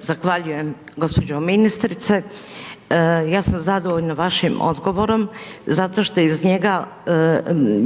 Zahvaljujem gđo. ministrice. Ja sam zadovoljna vašim odgovorom zato što iz njega